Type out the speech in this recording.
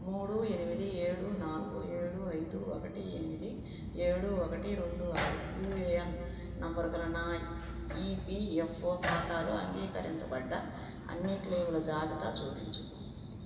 మూడు ఎనిమిది ఏడు నాలుగు ఏడు ఐదు ఒకటి ఎనిమిది ఏడు ఒకటి రెండు ఆరు యూఏఎన్ నంబరుగల నా ఈపీఎఫ్ఓ ఖాతాలో అంగీకరించబడ్డ అన్ని క్లెయిముల జాబితా చూపించు